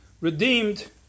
redeemed